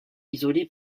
isolé